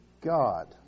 God